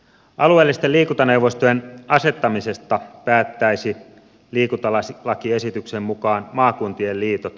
alueellisten liikuntaneuvostojen asettamisesta päättäisivät liikuntalakiesityksen mukaan maakuntien liitot